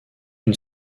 une